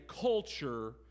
culture